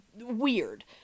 weird